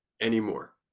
anymore